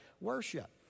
worship